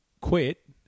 quit